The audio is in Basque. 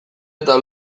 eta